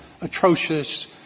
atrocious